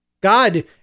God